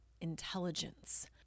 intelligence